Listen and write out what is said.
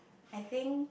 I think